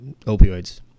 opioids